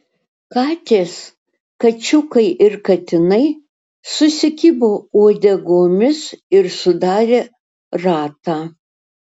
katės kačiukai ir katinai susikibo uodegomis ir sudarė ratą